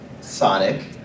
Sonic